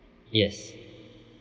yes